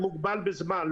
מוגבל בזמן,